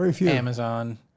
Amazon